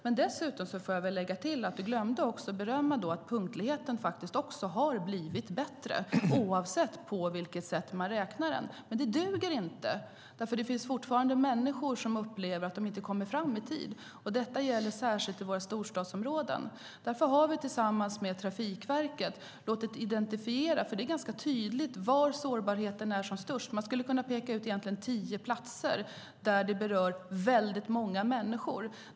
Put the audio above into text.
Men jag får väl lägga till att du glömde att berömma att punktligheten har blivit bättre, oavsett på vilket sätt man räknar den. Detta duger dock inte, för det finns fortfarande människor som inte kommer fram i tid. Detta gäller särskilt i våra storstadsområden. Det är ganska tydligt var sårbarheten är som störst. Man skulle egentligen kunna peka ut tio platser där väldigt många människor berörs.